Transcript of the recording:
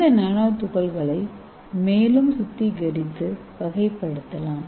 இந்த நானோ துகள்களை மேலும் சுத்திகரித்து வகைப்படுத்தலாம்